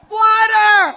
water